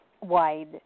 wide